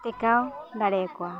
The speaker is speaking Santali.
ᱴᱮᱠᱟᱣ ᱫᱟᱲᱮᱭᱟᱠᱚᱣᱟ